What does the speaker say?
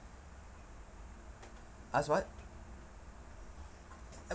ask what